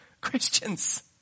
Christians